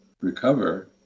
recover